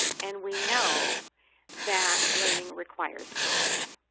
and we know that learning requires focus.